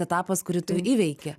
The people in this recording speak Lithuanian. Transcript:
etapas kurį tu įveiki